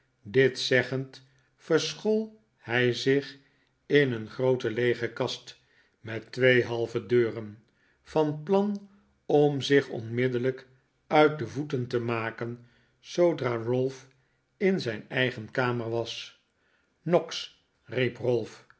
dit zeggend verschool hij zich in een groote leege kast met twee halve deuren van plan om zich onmiddellijk uit de voeten te maken zoodra ralph in zijn eigen kamer was noggs